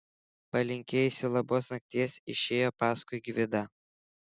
palinkėjusi labos nakties išėjo paskui gvidą